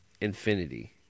infinity